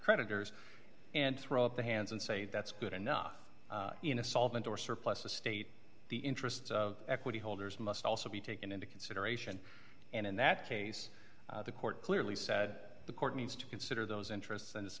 creditors and throw up their hands and say that's good enough in a solvent or surplus to state the interests of equity holders must also be taken into consideration and in that case the court clearly said the court needs to consider those interests and it's